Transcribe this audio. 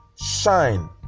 shine